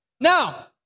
Now